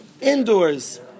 indoors